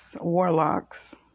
warlocks